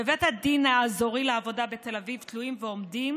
בבית הדין האזורי לעבודה בתל אביב תלויים ועומדים